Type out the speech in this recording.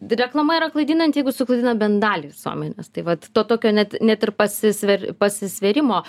reklama yra klaidinanti jeigu suklaidina bent dalį visuomenės tai vat to tokio net net ir pasisver pasvėrimo